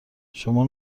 شما